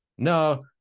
no